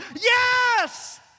yes